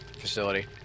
facility